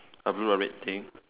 a blue or red thing